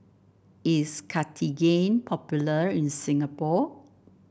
is Cartigain popular in Singapore